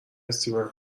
استیون